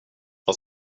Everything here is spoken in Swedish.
vad